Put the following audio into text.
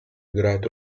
играет